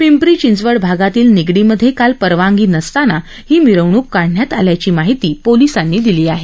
पिपरी चिंचवड भागातील निगडीमध्ये काल परवानगी नसताना ही मिरवणूक काढण्यात आल्याची माहिती पोलिसांनी दिली आहे